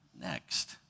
next